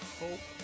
hope